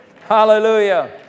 Hallelujah